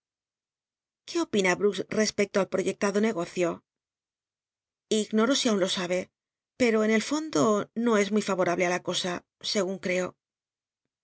qué opina brooks r'cspecto al proyectado negocio ignoro si aun lo sabe pero en el fondo no es muy favorable ü la cosa segun cj'co